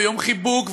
ויום חיבוק,